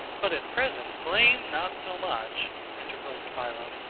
but at present. blame not so much, interposed philo,